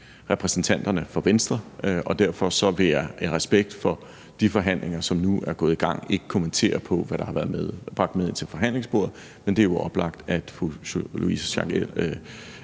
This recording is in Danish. repræsentanterne for Venstre, og derfor vil jeg af respekt for de forhandlinger, som nu er gået i gang, ikke kommentere på, hvad der har været bragt med til forhandlingsbordet, men det er jo oplagt, at fru Louise Schack